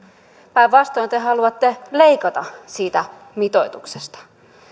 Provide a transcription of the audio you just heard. päinvastoin te haluatte leikata siitä mitoituksesta